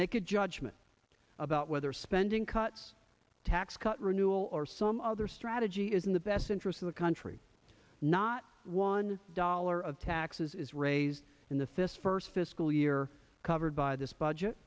make a judgment about whether spending cuts tax cut renewal or some other strategy is in the best interest of the country not one dollar of taxes raised in the thess first fiscal year covered by this budget